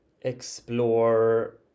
explore